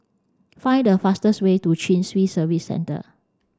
find the fastest way to Chin Swee Service Centre